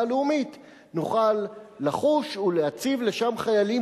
לאומית נוכל לחוש ולהציב שם חיילים,